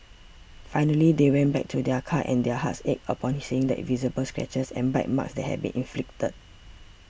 finally they went back to their car and their hearts ached upon seeing the visible scratches and bite marks that had been inflicted